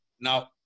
Now